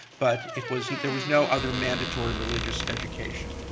but it was, there was no other mandatory religious education.